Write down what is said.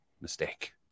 mistake